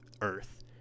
Earth